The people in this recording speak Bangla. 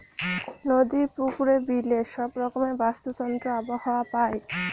নদী, পুকুরে, বিলে সব রকমের বাস্তুতন্ত্র আবহাওয়া পায়